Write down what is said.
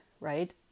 right